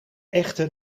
echte